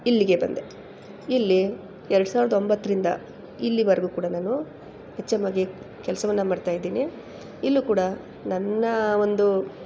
ಇಲ್ಲಿಗೆ ಬಂದೆ ಇಲ್ಲಿ ಎರ್ಡು ಸಾವ್ರ್ದ ಒಂಬತ್ತರಿಂದ ಇಲ್ಲಿವರೆಗೂ ಕೂಡ ನಾನು ಹೆಚ್ ಎಮ್ ಆಗಿ ಕೆಲಸವನ್ನ ಮಾಡ್ತಾಯಿದ್ದೀನಿ ಇಲ್ಲೂ ಕೂಡ ನನ್ನ ಒಂದು